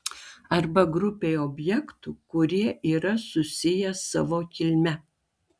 arba grupei objektų kurie yra susiję savo kilme